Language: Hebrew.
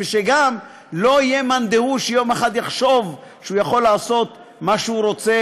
ושגם לא יהיה מאן דהוא שיום אחד יחשוב שהוא יכול לעשות מה שהוא רוצה